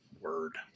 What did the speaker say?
Word